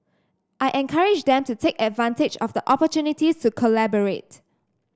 I encourage them to take advantage of the opportunities to collaborate